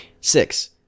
Six